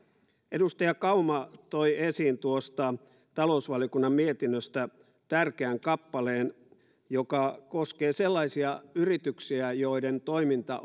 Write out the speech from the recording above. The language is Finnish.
edustaja kauma toi esiin tuosta talousvaliokunnan mietinnöstä tärkeän kappaleen joka koskee sellaisia yrityksiä joiden toiminta